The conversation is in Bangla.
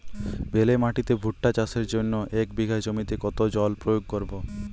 বেলে মাটিতে ভুট্টা চাষের জন্য এক বিঘা জমিতে কতো জল প্রয়োগ করব?